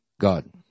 God